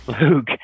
Luke